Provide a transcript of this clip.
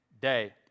day